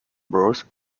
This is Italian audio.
bros